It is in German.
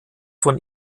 von